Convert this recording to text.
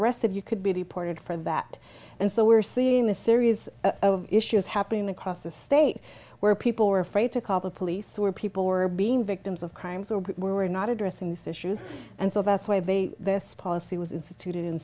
arrested you could be deported for that and so we're seeing a series of issues happening across the state where people were afraid to call the police or people were being victims of crimes or were not addressing these issues and so that's why they this policy was instituted in